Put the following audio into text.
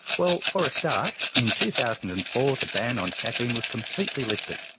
well, for a start, in two thousand and four the ban on caffeine was completely lifted,